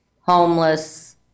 homeless